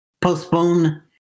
postpone